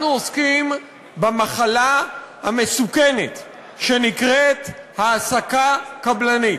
אנחנו עוסקים במחלה המסוכנת שנקראת: העסקה קבלנית.